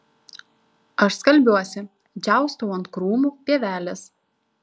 aš skalbiuosi džiaustau ant krūmų pievelės